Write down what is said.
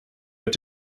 wird